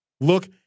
look